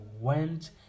went